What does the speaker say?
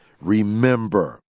remember